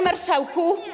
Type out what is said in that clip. Marszałku!